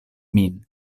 min